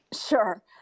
Sure